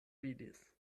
vidis